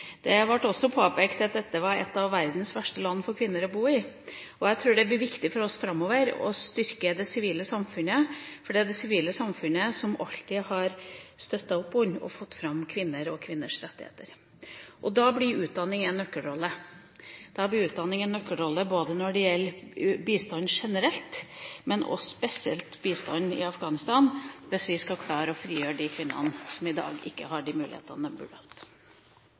Afghanistan var et av «verdens verste land for kvinner» å bo i. Jeg tror det blir viktig for oss framover å styrke det sivile samfunnet, for det er det sivile samfunnet som alltid har støttet opp under og fått fram kvinner og kvinners rettigheter. Da blir utdanning en nøkkelrolle både når det gjelder bistand generelt, og spesielt i Afghanistan, hvis vi skal klare å frigjøre de kvinnene som i dag ikke har de mulighetene